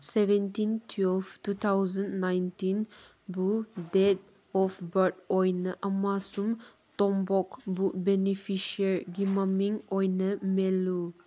seventeen twelve two thousand ꯅꯥꯏꯟꯇꯤꯟꯕꯨ date of birth ꯑꯣꯏꯅ ꯑꯃꯁꯨꯡ ꯇꯣꯝꯄꯣꯛꯄꯨ ꯕꯦꯅꯤꯐꯤꯁꯔꯒꯤ ꯃꯃꯤꯡ ꯑꯣꯏꯅ ꯃꯦꯜꯂꯨ